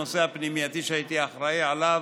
הנושא הפנימייתי שהייתי אחראי עליו.